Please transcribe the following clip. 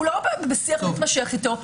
הוא לא בשיח מתמשך איתו,